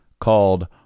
called